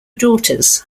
daughters